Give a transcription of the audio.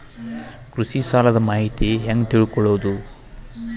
ಕೃಷಿ ಸಾಲದ ಮಾಹಿತಿ ಹೆಂಗ್ ತಿಳ್ಕೊಳ್ಳೋದು?